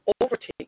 overtake